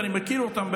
ואני מכיר אותם,